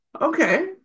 Okay